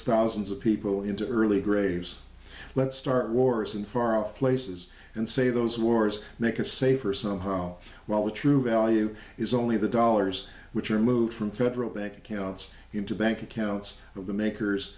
thousands of people into early graves let's start wars in far off places and say those wars make us safer somehow while the true value is only the dollars which are moved from federal bank accounts into bank accounts of the makers